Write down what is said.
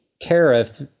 tariff